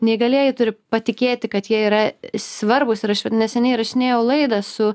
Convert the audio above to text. neįgalieji turi patikėti kad jie yra svarbūs ir aš vat neseniai įrašinėjau laidą su